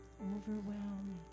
overwhelm